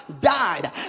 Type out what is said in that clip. Died